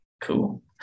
Cool